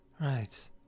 Right